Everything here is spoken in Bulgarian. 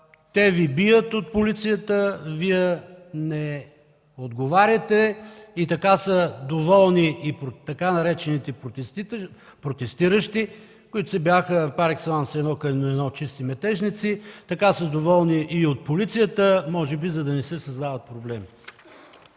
Те ви бият – от полицията, вие не отговаряте и така са доволни и така наречените „протестиращи“, които пар екселанс си бяха едно към едно чисто метежници, доволни са и от полицията може би, за да не се създават проблеми.